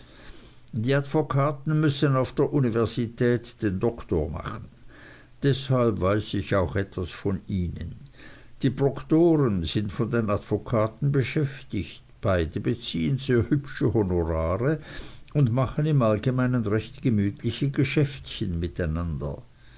die advokaten müssen auf der universität den doktor machen deshalb weiß ich auch von ihnen etwas die proktoren sind von den advokaten beschäftigt beide beziehen sehr hübsche honorare und machen im allgemeinen recht gemütliche geschäftchen miteinander